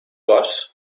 var